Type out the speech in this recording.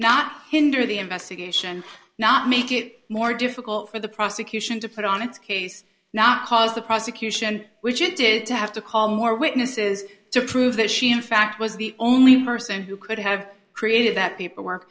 not hinder the investigation not make it more difficult for the prosecution to put on its case not cause the prosecution which it did to have to call more witnesses to prove that she in fact was the only person who could have created that paperwork